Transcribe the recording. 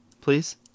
please